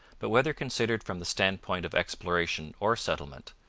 but whether considered from the standpoint of exploration or settlement,